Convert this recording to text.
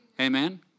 Amen